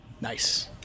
nice